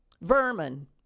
Vermin